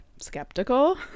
skeptical